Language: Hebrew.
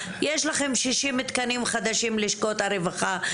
יש לכם שישים תקנים חדשים לשכות הרווחה,